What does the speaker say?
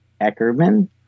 Eckerman